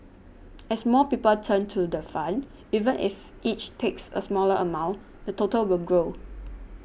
as more people turn to the fund even if each takes a smaller amount the total will grow